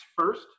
first